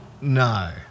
No